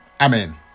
amen